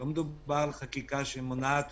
לא מדובר בחקיקה שמונעת